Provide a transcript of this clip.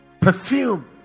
perfume